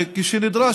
וכשנדרש,